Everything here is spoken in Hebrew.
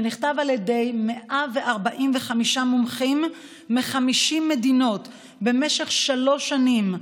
שנכתב על ידי 145 מומחים מ-50 מדינות במשך שלוש שנים,